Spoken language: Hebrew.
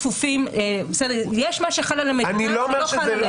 יש מה שחל על המדינה ולא חל עליהם.